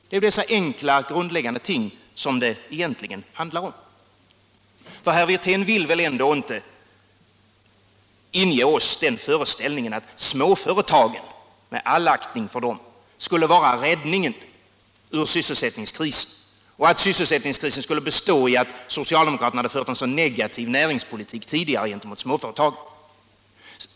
Det är dessa enkla, grundläggande ting det egentligen handlar om. Herr Wirtén vill väl ändå inte inge oss den föreställningen att småföretagen, med all aktning för dem, skulle vara räddningen ur sysselsättningskrisen och att sysselsättningskrisen skulle bestå i att socialdemokraterna tidigare har fört en så negativ näringspolitik gentemot småföretagen?